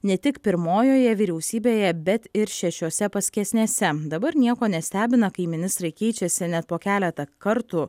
ne tik pirmojoje vyriausybėje bet ir šešiose paskesnėse dabar nieko nestebina kai ministrai keičiasi net po keletą kartų